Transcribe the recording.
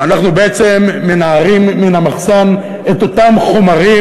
אנחנו בעצם מנערים מן המחסן את אותם חומרים.